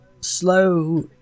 slow